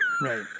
Right